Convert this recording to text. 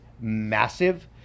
massive